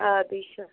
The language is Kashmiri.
آ بے شک